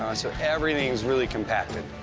so everything's really compacted.